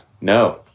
No